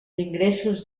ingressos